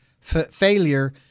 failure